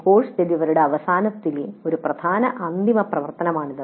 course ഡെലിവറിയുടെ അവസാനത്തിലെ ഒരു പ്രധാന അന്തിമ പ്രവർത്തനമാണിത്